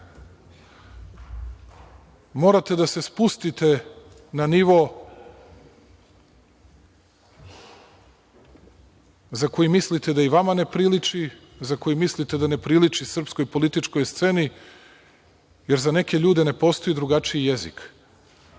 morate da se spustite na nivo za koji mislite da i vama ne priliči, za koji mislite da ne priliči srpskoj političkoj sceni, jer za neke ljude ne postoji drugačiji jezik.